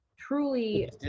truly